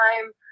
time